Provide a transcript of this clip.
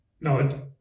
No